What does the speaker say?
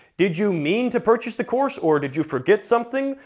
did you mean to purchase the course or did you forget something?